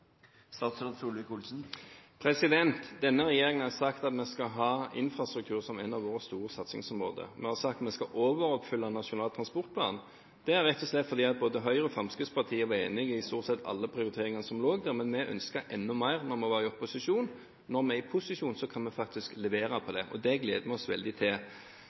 Denne regjeringen har sagt at vi skal ha infrastruktur som en av våre store satsingsområder. Vi har sagt at vi skal overoppfylle Nasjonal transportplan. Det er rett og slett fordi Høyre og Fremskrittspartiet er enig i stort sett alle prioriteringer som lå der, men vi ønsket enda mer da vi var i opposisjon. Når vi er i posisjon, kan vi faktisk levere på det. Det gleder vi oss veldig til.